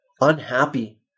unhappy